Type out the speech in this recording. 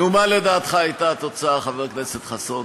נו, מה לדעתך הייתה התוצאה, חבר הכנסת חסון?